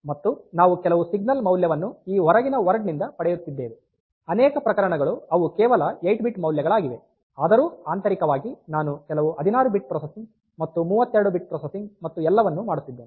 ಮತ್ತು ನಾವು ಕೆಲವು ಸಿಗ್ನಲ್ ಮೌಲ್ಯವನ್ನು ಈ ಹೊರಗಿನ ವರ್ಡ್ ನಿಂದ ಪಡೆಯುತ್ತಿದ್ದೇವೆ ಅನೇಕ ಪ್ರಕರಣಗಳು ಅವು ಕೇವಲ 8 ಬಿಟ್ ಮೌಲ್ಯಗಳಾಗಿವೆ ಆದರೂ ಆಂತರಿಕವಾಗಿ ನಾನು ಕೆಲವು 16 ಬಿಟ್ ಪ್ರೊಸೆಸಿಂಗ್ ಮತ್ತು 32 ಬಿಟ್ ಪ್ರೊಸೆಸಿಂಗ್ ಮತ್ತು ಎಲ್ಲವನ್ನೂ ಮಾಡುತ್ತಿದ್ದೇನೆ